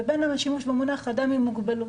בין השימוש במונח "אדם עם מוגבלות".